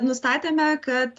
nustatėme kad